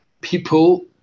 People